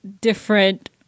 different